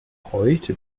heute